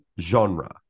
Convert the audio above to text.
genre